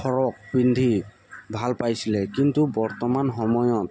frock পিন্ধি ভাল পাইছিলে কিন্তু বৰ্তমান সময়ত